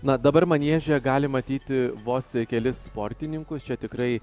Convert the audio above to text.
na dabar manieže gali matyti vos kelis sportininkus čia tikrai